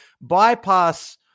bypass